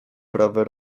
prawe